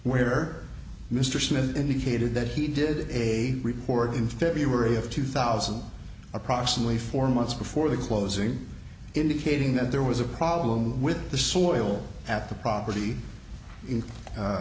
where mr smith indicated that he did a report in february of two thousand approximately four months before the closing indicating that there was a problem with the soil at the property in